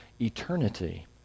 eternity